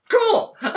Cool